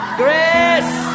grace